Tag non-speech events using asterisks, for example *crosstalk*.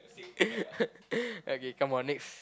*laughs* okay come on next